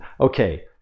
okay